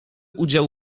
udział